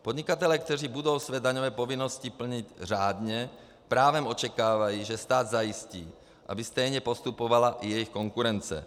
Podnikatelé, kteří budou své daňové povinnosti plnit řádně, právem očekávají, že stát zajistí, aby stejně postupovala i jejich konkurence.